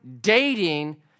dating